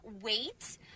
wait